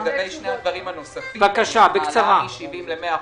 לגבי שני הדברים הנוספים, מ-70% ל-100%,